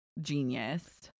genius